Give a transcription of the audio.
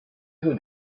who